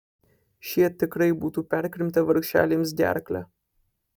šie tikrai būtų perkrimtę vargšelėms gerklę